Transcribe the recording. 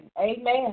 Amen